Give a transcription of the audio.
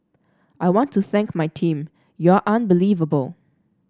I want to thank my team you're unbelievable